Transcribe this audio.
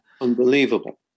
Unbelievable